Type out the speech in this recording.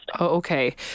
Okay